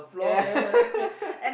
yeah